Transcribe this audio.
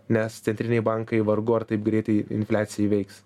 nes centriniai bankai vargu ar taip greitai infliaciją įveiks